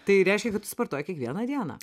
tai reiškia kad tu sportuoji kiekvieną dieną